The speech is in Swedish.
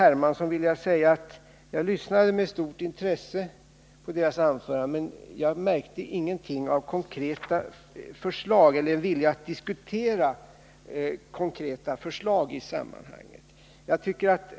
Hermansson vill jag säga att jag lyssnade med stort intresse på deras anföranden, men jag märkte ingenting av en vilja att diskutera konkreta förslag i sammanhanget.